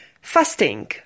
Fasting